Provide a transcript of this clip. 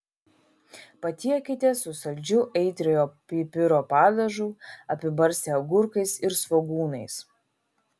patiekite su saldžiu aitriojo pipiro padažu apibarstę agurkais ir svogūnais